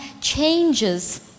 changes